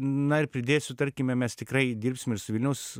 na ir pridėsiu tarkime mes tikrai dirbsim ir su vilniaus